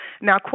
Now